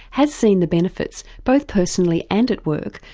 has seen the benefits, both personally and at work,